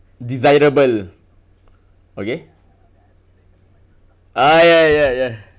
desirable okay ah ya ya ya